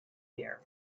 here